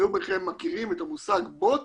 אלו מכם שמכירים את המושג 'בוט',